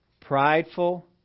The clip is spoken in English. Prideful